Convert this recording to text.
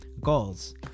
Goals